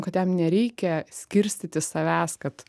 kad jam nereikia skirstyti savęs kad